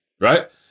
right